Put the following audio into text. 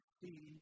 see